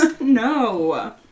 No